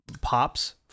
pops